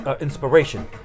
inspiration